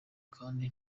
kandi